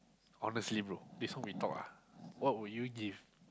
honestly bro this one we talk ah what would you give